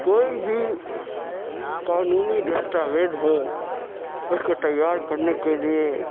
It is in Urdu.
کوئی بھی قانونی دستاویز ہو اس کو تیار کرنے کے لئے